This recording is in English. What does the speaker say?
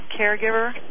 caregiver